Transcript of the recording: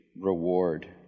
reward